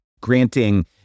granting